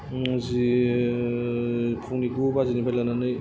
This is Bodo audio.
जि फुंनि गु बाजिनिफ्राय लानानै